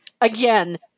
again